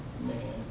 man